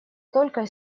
только